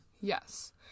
Yes